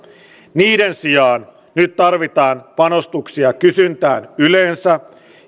niiden sijaan nyt tarvittaisiin panostuksia kysyntään yleensä